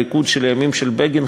הליכוד של הימים של בגין,